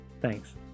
Thanks